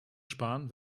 sparen